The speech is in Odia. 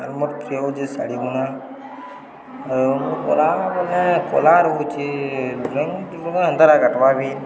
ଆମର୍ ପ୍ରିୟ ହେଉଛି ଶାଢ଼ୀ ବୁନା ଆଉ ମୁଁ ପଲାବ କଲାର ରହୁଛି ବ ଅନ୍ଦାର କାଟ୍ବା ବିି